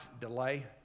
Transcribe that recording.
delay